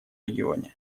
регионе